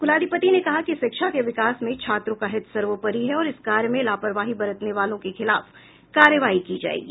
कुलाधिपति ने कहा कि शिक्षा के विकास में छात्रों का हित सर्वोपरि है और इस कार्य में लापरवाही बरतने वालों के खिलाफ कार्रवाई की जायेगी